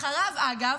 אחריו, אגב,